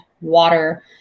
water